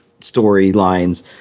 storylines